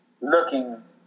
looking